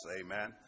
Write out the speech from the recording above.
amen